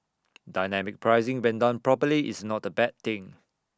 dynamic pricing when done properly is not A bad thing